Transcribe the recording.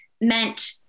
meant